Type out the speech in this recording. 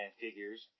figures